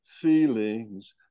feelings